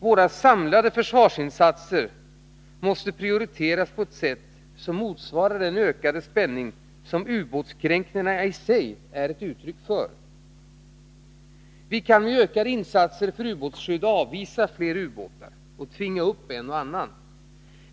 Våra samlade försvarsinsatser måste prioriteras på ett sätt som motsvarar den ökade spänning som ubåtskränkningarna i sig är ett uttryck för. Vi kan med ökade insatser för ubåtsskyddet avvisa fler ubåtar och tvinga upp en och annan.